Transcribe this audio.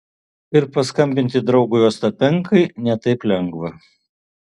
ir paskambinti draugui ostapenkai ne taip lengva